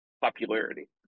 popularity